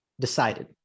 Decided